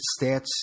stats